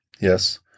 yes—